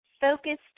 focused